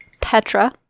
Petra